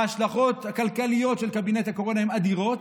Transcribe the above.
ההשלכות הכלכליות של קבינט הקורונה הן אדירות,